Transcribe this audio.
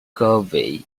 galway